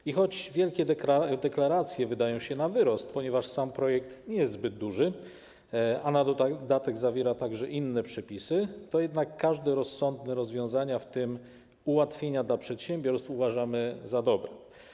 I choć wielkie deklaracje wydają się na wyrost, ponieważ sam projekt nie jest zbyt duży, a na dodatek zawiera także inne przepisy, to jednak każde rozsądne rozwiązania, w tym ułatwienia dla przedsiębiorstw, uważamy za dobre.